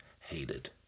hated